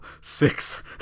Six